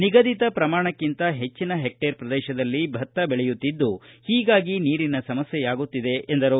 ನಿಗದಿತ ಪ್ರಮಾಣಕ್ಕಿಂತ ಹೆಚ್ವಿನ ಹೆಕ್ಷೆರ್ ಪ್ರದೇಶದಲ್ಲಿ ಭತ್ತ ಬೆಳೆಯುತ್ತಿದ್ದು ಹೀಗಾಗಿ ನೀರಿನ ಸಮಸ್ಕೆಯಾಗುತ್ತಿದೆ ಎಂದರು